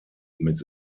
mit